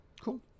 cool